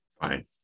Fine